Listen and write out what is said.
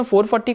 440